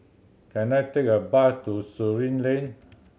can I take a bus to Surin Lane